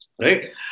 right